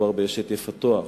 מדובר באשה יפת תואר.